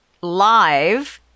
live